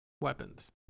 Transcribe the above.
weapons